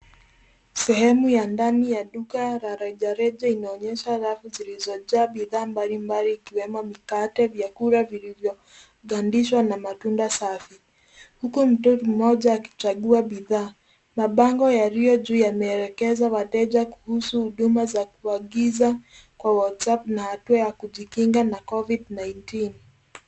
Sehemu ya ndani ya duka la rejareja inaonyesha rafu zilizojaa bidhaa mbalimbali ikiwemo mikate, vyakula vilivyogandishwa na matunda safi huku mtu mmoha akichagua bidhaa. Mabango yaliyo juu yameelekezwa wateja kuhusu huduma za kuangiza kwa, WhatsApp, na hatua ya kujikinga na covid nineteen.